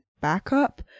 backup